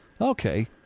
Okay